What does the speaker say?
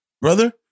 brother